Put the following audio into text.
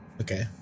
Okay